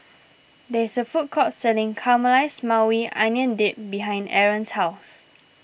there is a food court selling Caramelized Maui Onion Dip behind Arron's house